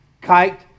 kite